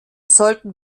sollten